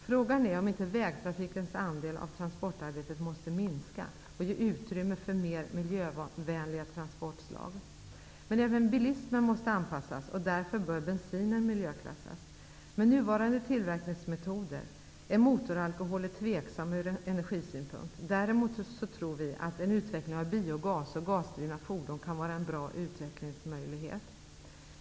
Frågan är om inte vägtrafikens andel av transportarbetet måste minska och ge utrymme för mer miljövänliga transportslag. Men även bilismen måste anpassas, och därför bör bensinen miljöklassas. Med nuvarande tillverkningsmetoder är motoralkoholer tveksamma ur energisynpunkt. Däremot tror vi att en utveckling av biogas och gasdrivna fordon kan var en bra utvecklingsmöjlighet.